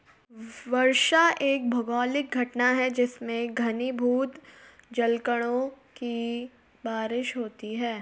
वर्षा एक भौगोलिक घटना है जिसमें घनीभूत जलकणों की बारिश होती है